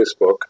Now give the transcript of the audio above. Facebook